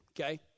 okay